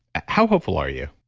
how hopeful are you?